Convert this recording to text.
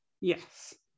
Yes